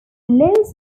laws